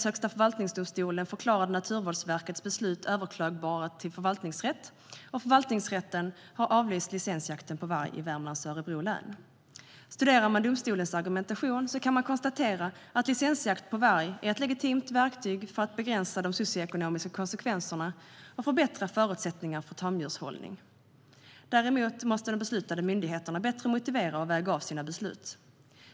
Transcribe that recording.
Högsta förvaltningsdomstolen förklarade Naturvårdsverkets beslut överklagbart till förvaltningsrätt. Förvaltningsrätten har avlyst licensjakten på varg i Värmlands och Örebro län. Om man studerar domstolens argumentation kan man konstatera att licensjakt på varg är ett legitimt verktyg för att begränsa de socioekonomiska konsekvenserna och förbättra förutsättningar för tamdjurshållning. Däremot måste den beslutande myndigheten bättre motivera och väga av sina beslut.